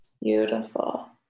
Beautiful